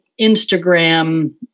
Instagram